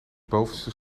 bovenste